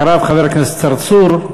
אחריו, חבר הכנסת צרצור.